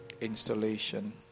installation